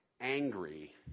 angry